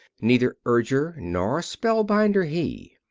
neither urger nor spellbinder he.